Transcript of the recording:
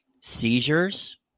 seizures